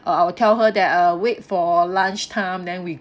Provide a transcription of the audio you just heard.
I I will tell her that uh wait for lunchtime then we